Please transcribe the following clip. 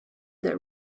that